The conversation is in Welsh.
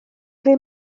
ble